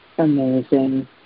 amazing